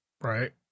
Right